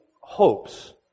hopes